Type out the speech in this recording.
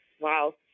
Wow